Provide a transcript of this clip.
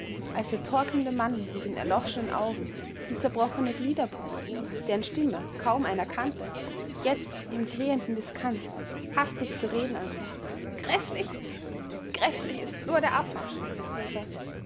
als der torkelnde mann mit den erloschenen augen die zerbrochene gliederpuppe deren stimme kaum einer kannte jetzt im krähenden diskant hastig zu reden anfing gräßlich gräßlich ist nur der abmarsch rief er